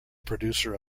producer